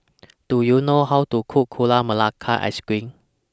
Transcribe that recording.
Do YOU know How to Cook Gula Melaka Ice Cream